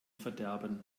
verderben